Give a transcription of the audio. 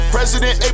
President